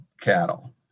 cattle